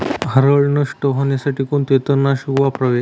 हरळ नष्ट होण्यासाठी कोणते तणनाशक वापरावे?